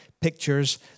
pictures